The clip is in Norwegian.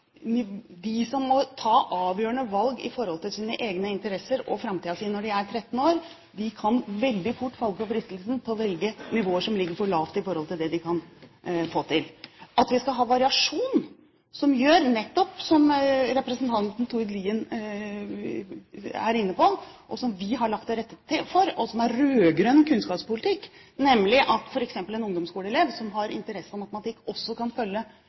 De som må ta avgjørende valg ut fra sine egne interesser og framtiden sin når de er 13 år, kan veldig fort falle for fristelsen til å velge nivåer som ligger for lavt i forhold til det de kan få til. At vi skal ha variasjon, som representanten Tord Lien er inne på, som vi har lagt til rette for, og som er rød-grønn kunnskapspolitikk, nemlig at f.eks. en ungdomsskoleelev som har interesse for matematikk, også kan følge